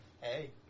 Hey